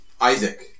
Isaac